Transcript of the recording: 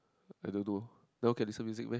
I don't know now can listen music meh